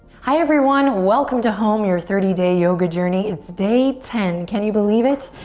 hi everyone, welcome to home your thirty day yoga journey. it's day ten. can you believe it?